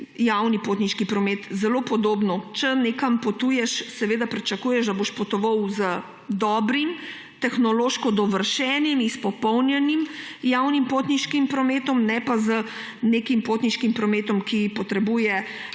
javni potniški promet, zelo podobno, če nekam potuješ, seveda, pričakuješ, da boš potoval z dobrim, tehnološko dovršenim, izpopolnjenim javnim potniškim prometom, ne pa z nekim potniškim prometom, ki potrebuje